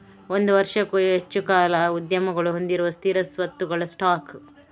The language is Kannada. ಒಂದು ವರ್ಷಕ್ಕೂ ಹೆಚ್ಚು ಕಾಲ ಉದ್ಯಮಗಳು ಹೊಂದಿರುವ ಸ್ಥಿರ ಸ್ವತ್ತುಗಳ ಸ್ಟಾಕ್